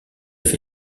fait